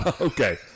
Okay